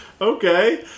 Okay